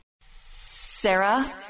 Sarah